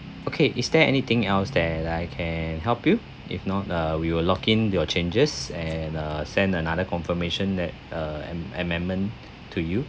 okay is there anything else that I can help you if not uh we will lock in your changes and uh send another confirmation that uh ame~ amendment to you